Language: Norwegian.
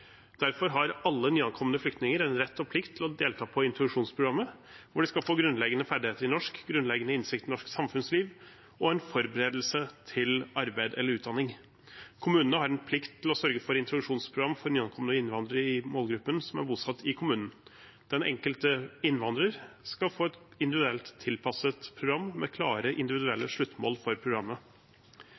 Derfor har alle nyankomne flyktninger en rett og plikt til å delta i introduksjonsprogrammet, hvor de skal få grunnleggende ferdigheter i norsk, grunnleggende innsikt i norsk samfunnsliv og en forberedelse til arbeid eller utdanning. Kommunene har en plikt til å sørge for et introduksjonsprogram for nyankomne innvandrere i målgruppen som er bosatt i kommunen. Den enkelte innvandrer skal få et individuelt tilpasset program med klare individuelle sluttmål for programmet.